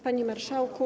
Panie Marszałku!